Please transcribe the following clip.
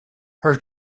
her